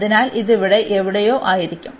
അതിനാൽ ഇത് ഇവിടെ എവിടെയോ ആയിരിക്കും